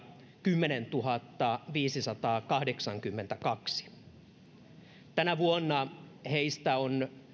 kymmenentuhattaviisisataakahdeksankymmentäkaksi ja tänä vuonna heistä on